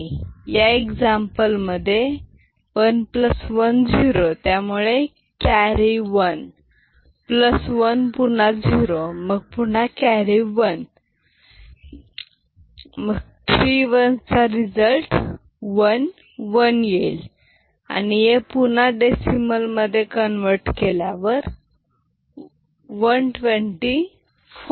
या एक्झाम्पल मध्ये one plus one zero त्यामुळे कॅरी वन प्लस वन पुन्हा झिरो मग पुन्हा कॅरी वन 3 वन्स चा रिझल्ट आला 1 1 आणि हे पुन्हा डेसिमल मध्ये कन्व्हर्ट केल्यावर 124